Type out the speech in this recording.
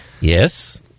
Yes